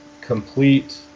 complete